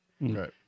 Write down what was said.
Right